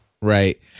Right